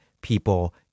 people